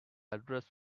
address